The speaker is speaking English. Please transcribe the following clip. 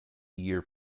year